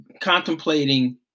contemplating